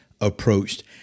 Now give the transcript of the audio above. approached